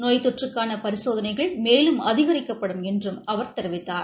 நோய் தொற்றுக்கான பரிசோதனைகள் மேலும் அதிகரிக்கப்படும் என்றும் அவர் தெரிவித்தார்